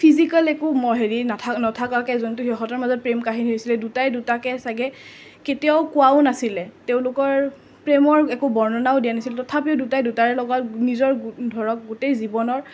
physical মানে একো হেৰি নথা নথকাকে যোনটো সিহঁতৰ মাজত প্ৰেম কাহিনী হৈছিলে দুটাই দুটাকে ছাগে কেতিয়াও কোৱাও নাছিলে তেওঁলোকৰ প্ৰেমৰ একো বৰ্ণনাও দিয়া নাছিল তথাপিও দুটাই দুটাৰে লগত নিজৰ ধৰক গোটেই জীৱনৰ